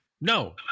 No